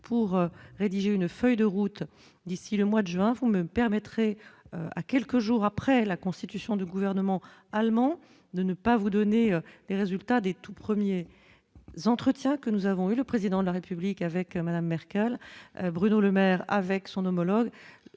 pour rédiger une feuille de route d'ici le mois de juin, vous me permettrez à quelques jours après la constitution du gouvernement allemand de ne pas vous donner les résultats des tous premiers entretiens que nous avons eu le président de la République avec Madame Merkel, Bruno Lemaire avec son homologue,